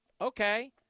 okay